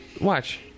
Watch